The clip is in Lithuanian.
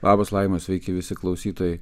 labas laima sveiki visi klausytojai